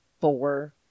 four